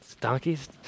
donkeys